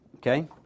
Okay